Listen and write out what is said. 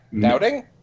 Doubting